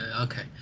okay